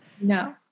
No